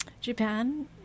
Japan